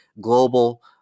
global